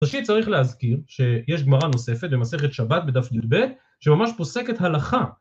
ראשית צריך להזכיר שיש גמרא נוספת במסכת שבת בדף י"ב שממש פוסקת הלכה